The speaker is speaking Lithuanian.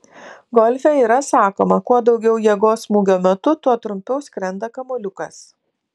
golfe yra sakoma kuo daugiau jėgos smūgio metu tuo trumpiau skrenda kamuoliukas